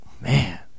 Man